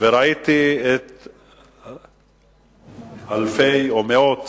וראיתי את אלפי, מאות